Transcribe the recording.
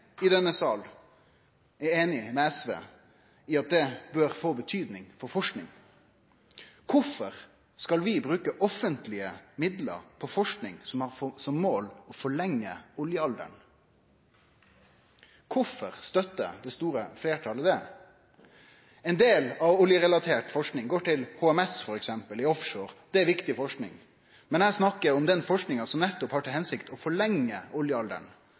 i denne salen er einig med SV i at det bør få betydning for forsking. Kvifor skal vi bruke offentlege midlar på forsking som har som mål å forlengje oljealderen? Kvifor støttar det store fleirtalet det? Ein del av oljerelatert forsking går til HMS, f.eks., i offshore. Det er viktig forsking. Men eg snakkar om den forskinga der hensikta nettopp er å forlengje oljealderen, slik som